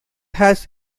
has